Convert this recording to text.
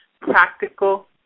Practical